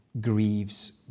grieves